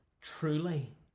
truly